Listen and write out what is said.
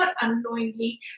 unknowingly